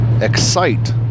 excite